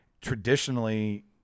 traditionally